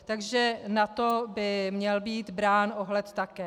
Takže na to by měl být brán ohled také.